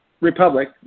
Republic